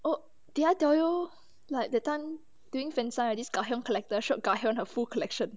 oh did I tell you like that time during fan sign this gahyeon collector shop sold gahyeon her full collection